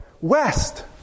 West